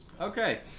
Okay